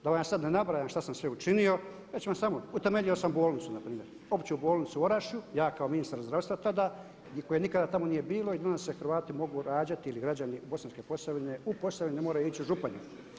Da vam sada ne nabrajam što sam sve učinio, ja ću vam samo, utemeljio sam bolnicu npr. Opću bolnicu u Orašju, ja kao ministar zdravstva tada i koje nikada tamo nije bilo i danas se Hrvati mogu rađati ili građani Bosanske Posavine u Posavini, ne moraju ići u Županju.